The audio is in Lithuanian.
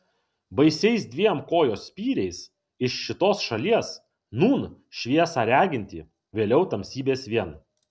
baisiais dviem kojos spyriais iš šitos šalies nūn šviesą regintį vėliau tamsybes vien